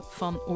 van